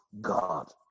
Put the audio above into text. God